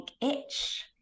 itch